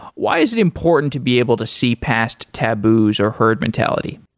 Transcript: why is it important to be able to see past taboos or herd mentality?